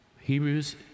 Hebrews